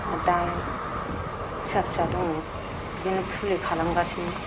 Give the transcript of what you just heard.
आरो दायो फिसा फिसा दङ बिदिनो फुलि खालामगासिनो